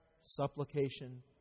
supplication